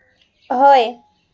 হয়